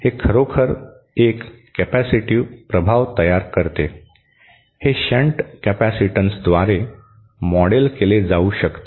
हे खरोखर एक कॅपेसिटिव प्रभाव तयार करते हे शंट कॅपेसिटन्सद्वारे मॉडेल केले जाऊ शकते